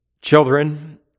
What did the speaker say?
Children